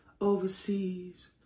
overseas